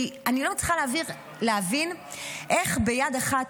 כי אני לא מצליחה להבין איך ביד אחת